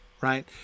right